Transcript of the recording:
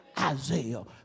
Isaiah